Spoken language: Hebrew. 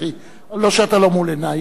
לא שאתה לא מול עיני,